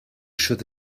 should